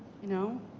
you know.